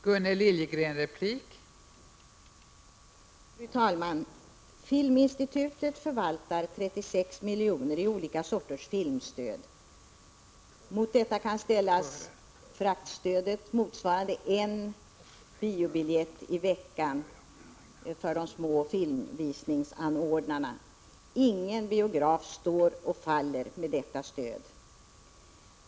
Fru talman! Filminstitutet förvaltar 36 miljoner i olika sorters filmstöd. Mot detta kan ställas fraktstödet, motsvarande en biobiljett i veckan för de små filmvisningsanordnarna. Ingen biograf står och faller med detta stöd.